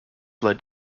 led